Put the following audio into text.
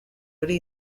hori